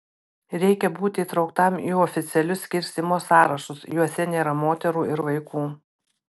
reikia būti įtrauktam į oficialius skirstymo sąrašus juose nėra moterų ir vaikų